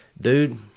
dude